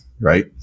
right